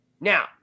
Now